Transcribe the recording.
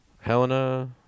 Helena